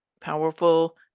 powerful